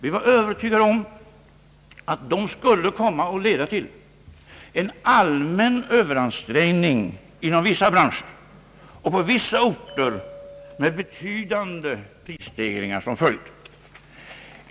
Vi var övertygade om att de skulle leda till en allmän överansträngning inom vissa branscher och på vissa orter med betydande prisstegringar som följd.